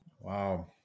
Wow